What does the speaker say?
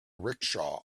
rickshaw